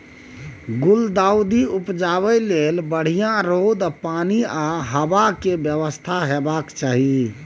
गुलदाउदी उपजाबै लेल बढ़ियाँ रौद, पानि आ हबा केर बेबस्था हेबाक चाही